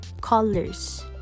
colors